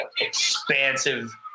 expansive